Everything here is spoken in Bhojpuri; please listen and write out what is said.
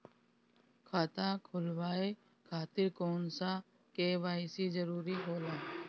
खाता खोलवाये खातिर कौन सा के.वाइ.सी जरूरी होला?